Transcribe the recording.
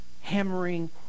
hammering